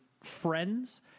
friends